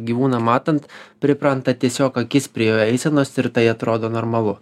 gyvūną matant pripranta tiesiog akis prie jo eisenos ir tai atrodo normalu